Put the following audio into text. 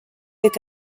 est